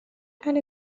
and